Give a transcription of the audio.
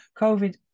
covid